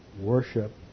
worship